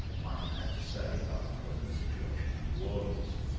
might have had to say about the present situation in new orleans.